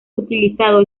utilizado